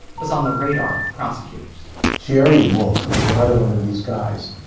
was on the radar of prosecutors jerry wolff, who was another one of these guys,